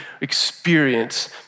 experience